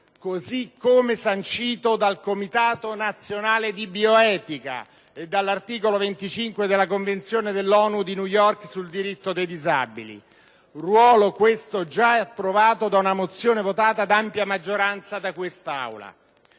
così come sancito dal comitato nazionale di bioetica e dall'articolo 25 della Convenzione dell'ONU di New York sul diritto dei disabili. Ruolo questo già approvato da una mozione votata da ampia maggioranza da quest'Aula.